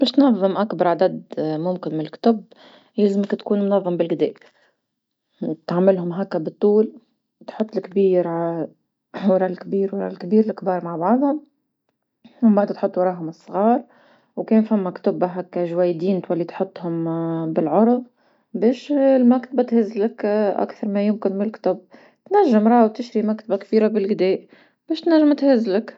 باش تنضم أكبر عدد ممكن من لكتوب يلزمك تكون منضم بلقدا، تعملهم هكا بطول وتحط لكبير ورا لكبير ورا لكبير، لكبار مع بعضهم منبعد تحط وراهم صغار وكان ثما كتب هكا جويدين تولي تحطهوم بالعرض باش المكتبة تنزلك أكثر ما يمكن من لكتب، تنجم راه تشري مكتبة كبيرا بلقدا باش تنجم تهزلك.